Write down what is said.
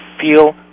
feel